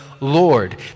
Lord